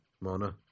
Mona